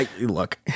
Look